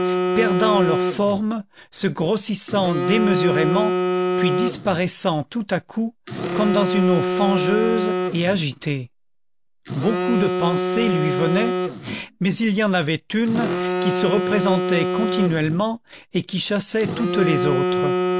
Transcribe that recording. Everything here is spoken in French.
perdant leurs formes se grossissant démesurément puis disparaissant tout à coup comme dans une eau fangeuse et agitée beaucoup de pensées lui venaient mais il y en avait une qui se représentait continuellement et qui chassait toutes les autres